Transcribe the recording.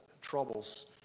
troubles